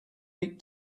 eat